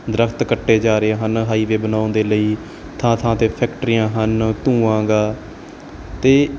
ਦਰਖਤ ਕੱਟੇ ਜਾ ਰਹੇ ਹਨ ਹਾਈਵੇ ਬਣਾਉਣ ਦੇ ਲਈ ਥਾਂ ਥਾਂ 'ਤੇ ਫੈਕਟਰੀਆਂ ਹਨ ਧੂੰਆਂ ਹੈਗਾ ਅਤੇ